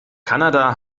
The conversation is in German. kanada